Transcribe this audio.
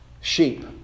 sheep